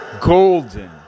Golden